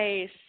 Nice